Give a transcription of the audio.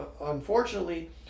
unfortunately